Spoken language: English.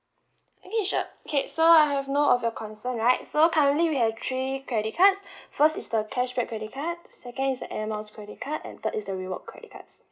okay sure okay so I have know of your concern right so currently we have three credit cards first is the cashback credit card second is the air miles credit card and third is the reward credit cards